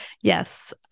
Yes